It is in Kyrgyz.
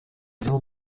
жыл